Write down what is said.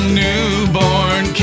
newborn